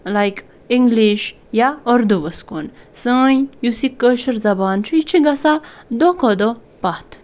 like English یا اردُوَس کُن سٲنۍ یُس یہِ کٲشٕر زَبان چھُ یہِ چھِ گَژھان دۄہ کھۄ دۄہ پَتھ